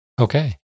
okay